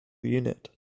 unit